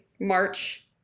March